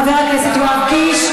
חבר הכנסת יואב קיש,